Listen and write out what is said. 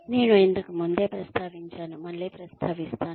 నేను ఇంతకు ముందే ప్రస్తావించాను మళ్ళీ ప్రస్తావిస్తాను